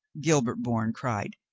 gil bert bourne cried.